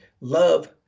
love